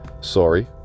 Sorry